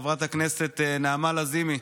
חברת הכנסת נעמה לזימי,